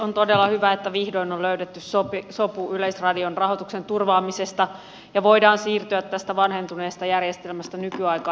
on todella hyvä että vihdoin on löydetty sopu yleisradion rahoituksen turvaamisesta ja voidaan siirtyä tästä vanhentuneesta järjestelmästä nykyaikaan